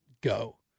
go